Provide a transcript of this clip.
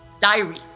diary